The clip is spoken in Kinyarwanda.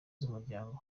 z’umuryango